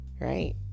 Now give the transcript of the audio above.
Right